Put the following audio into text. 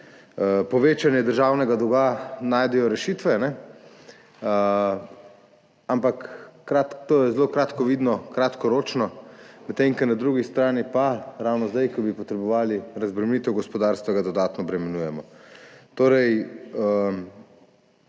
povečanje državnega dolga najdejo rešitve, ampak to je zelo kratkovidno, kratkoročno, medtem ko na drugi strani ravno zdaj, ko bi potrebovali razbremenitev gospodarstva, gospodarstvo dodatno obremenjujemo.